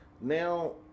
now